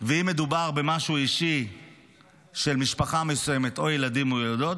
ואם מדובר במשהו אישי של משפחה מסוימת או ילדים או ילדות,